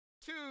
Two